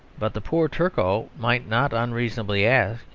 but the poor turco might not unreasonably ask,